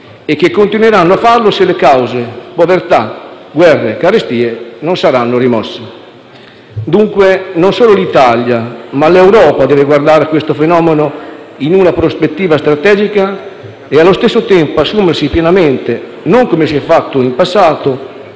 e che continueranno a farlo se le cause (povertà, guerre e carestie) non saranno rimosse. Dunque non solo l'Italia, ma l'Europa deve guardare a questo fenomeno in una prospettiva strategica e, allo stesso tempo, assumersi pienamente (non come si è fatto in passato)